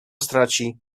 straci